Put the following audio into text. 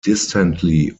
distantly